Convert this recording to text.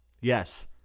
Yes